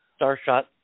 Starshot